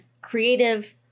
creative